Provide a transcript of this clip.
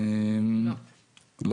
אז